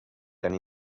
tant